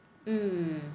mm